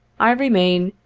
i remain,